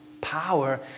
power